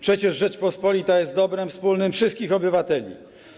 Przecież Rzeczpospolita jest dobrem wspólnym wszystkich obywateli.